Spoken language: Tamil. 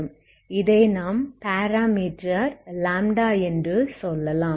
இதை நாம் பேராமீட்டர் λ என்று சொல்லலாம்